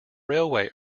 railway